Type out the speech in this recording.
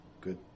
Good